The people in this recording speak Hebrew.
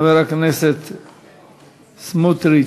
חבר הכנסת סמוטריץ,